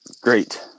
Great